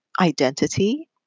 identity